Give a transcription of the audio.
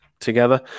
together